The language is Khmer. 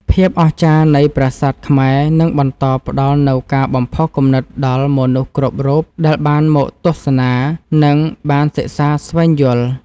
ភាពអស្ចារ្យនៃប្រាសាទខ្មែរនឹងបន្តផ្តល់នូវការបំផុសគំនិតដល់មនុស្សគ្រប់រូបដែលបានមកទស្សនា និង បានសិក្សាស្វែងយល់។